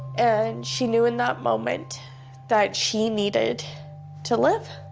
and she knew in that moment that she needed to live.